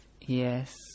Yes